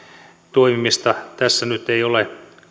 toimimista tässä nyt ei ole